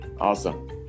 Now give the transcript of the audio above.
awesome